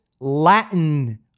Latin